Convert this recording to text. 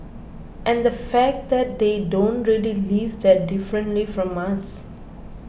and the fact that they don't really live that differently from us